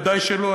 ודאי שלא.